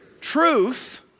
truth